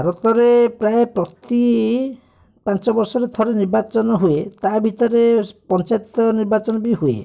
ଭାରତରେ ପ୍ରାୟ ପ୍ରତି ପାଞ୍ଚ ବର୍ଷରେ ଥରେ ନିର୍ବାଚନ ହୁଏ ତା ଭିତରେ ପଞ୍ଚାୟତ ନିର୍ବାଚନ ବି ହୁଏ